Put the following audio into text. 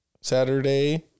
Saturday